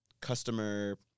customer